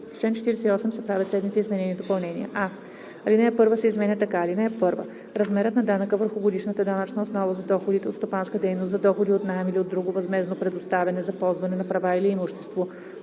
възмездно предоставяне за ползване на права или имущество,